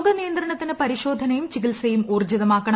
രോഗനിയന്ത്രണത്തിന് പരിശോധനയും ചികിത്സയും ഊർജിതമാക്കണം